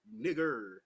nigger